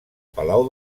palau